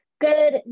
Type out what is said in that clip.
good